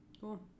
Cool